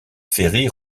ferry